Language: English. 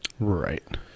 Right